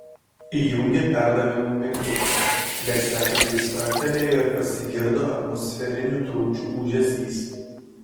įjungė perdavimo mygtuką garsiakalbiai spragtelėjo ir pasigirdo atmosferinių trukdžių ūžesys